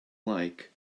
like